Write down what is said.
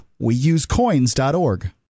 WeUseCoins.org